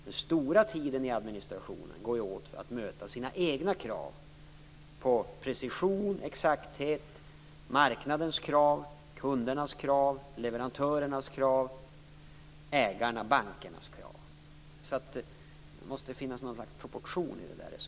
Den stora tiden i administrationen går ju åt för att möta de egna kraven på precision, exakthet, marknadens krav, kundernas krav, leverantörernas krav och ägarnas, bankernas, krav. Det måste finnas några proportioner i detta resonemang.